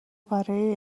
برای